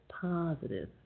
positive